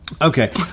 Okay